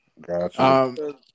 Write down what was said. gotcha